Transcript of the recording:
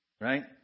Right